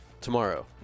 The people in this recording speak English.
tomorrow